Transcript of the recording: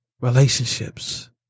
Relationships